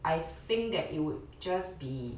I think that it would just be